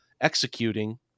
executing